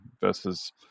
versus